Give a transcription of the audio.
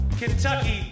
Kentucky